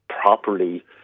properly